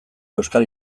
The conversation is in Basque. euskal